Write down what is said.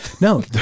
No